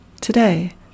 Today